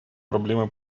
проблемы